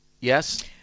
Yes